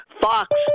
Fox